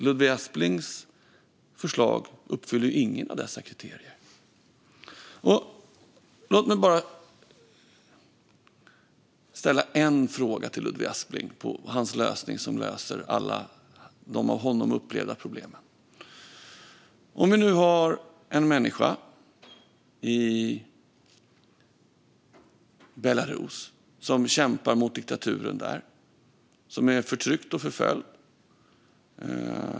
Ludvig Asplings förslag uppfyller inga av dessa kriterier. Låt mig ställa en fråga till Ludvig Aspling angående hans lösning som ska lösa alla de av honom upplevda problemen. Det finns en människa som kämpar mot diktaturen i Belarus, som är förtryckt och förföljd.